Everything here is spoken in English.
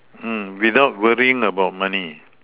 without worrying about money